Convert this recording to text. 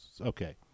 Okay